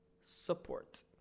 support